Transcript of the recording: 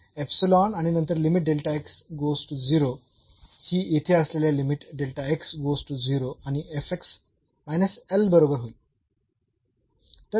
तर आणि नंतर लिमिट ही येथे असलेल्या लिमिट आणि बरोबर होईल